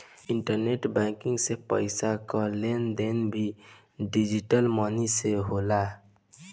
internet banking से पईसा कअ लेन देन भी डिजटल मनी से होला